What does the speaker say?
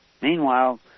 Meanwhile